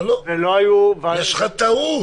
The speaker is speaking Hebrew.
לא, יש לך טעות.